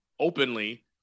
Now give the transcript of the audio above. openly